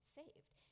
saved